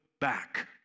back